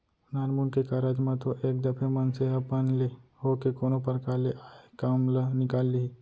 नानमुन के कारज म तो एक दफे मनसे ह अपन ले होके कोनो परकार ले आय काम ल निकाल लिही